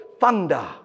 thunder